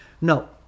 No